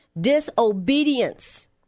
Disobedience